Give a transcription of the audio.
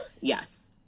Yes